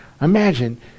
Imagine